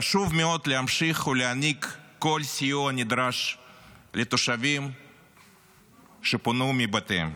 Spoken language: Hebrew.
חשוב מאוד להמשיך להעניק כל סיוע נדרש לתושבים שפונו מבתיהם,